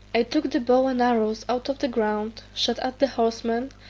i took the bow and arrows out of the ground, shot at the horseman,